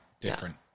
different